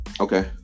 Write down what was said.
Okay